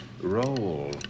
Roll